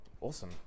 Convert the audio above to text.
Awesome